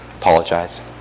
Apologize